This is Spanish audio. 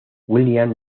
william